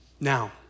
Now